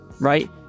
right